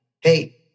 Hey